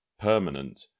permanent